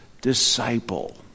disciple